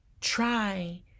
try